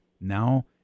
Now